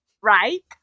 right